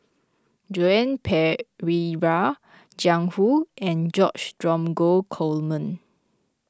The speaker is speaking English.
Joan Pereira Jiang Hu and George Dromgold Coleman